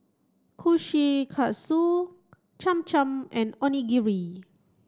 Kushikatsu Cham Cham and Onigiri